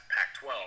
Pac-12